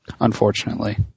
unfortunately